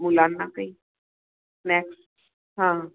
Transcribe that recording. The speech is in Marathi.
मुलांना काही स्नॅक्स हां